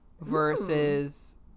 versus